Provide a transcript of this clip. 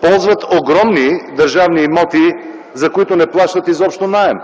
ползват огромни държавни имоти, за които не плащат изобщо наем.